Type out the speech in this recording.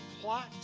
plot